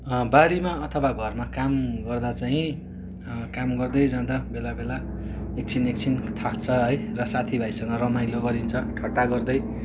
बारीमा अथवा घरमा काम गर्दा चाहिँ काम गर्दै जाँदा बेला बेला एकछिन एकछिन थाक्छ है र साथीभाइसँग रमाइलो गरिन्छ ठट्टा गर्दै